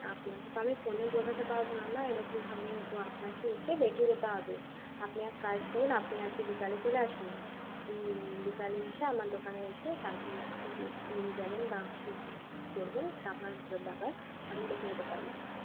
আপনাকে তো আমি ফোনে বোঝাতে পারবো না না এরকমভাবে তো আপনাকে এসে দেখে যেতে হবে আপনি এক কাজ করুন আপনি আজগে বিকেলে চলে আসুন বিকেলে এসে আমার দোকানে এসে সাইকেলকে যে নিয়ে যাবেন বা কী করবেন সেটা আপনার ব ব্যাপার আপনি দেখে যেতে পারেন